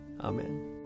Amen